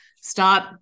start